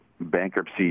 bankruptcy